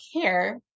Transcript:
care